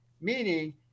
meaning